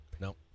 No